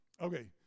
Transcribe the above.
Okay